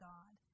God